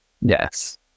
Yes